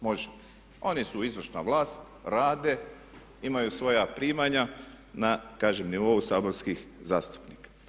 Može, oni su izvršna vlast, rade, imaju svoja primanja na kažem nivou saborskih zastupnika.